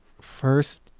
first